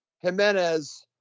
Jimenez